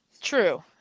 true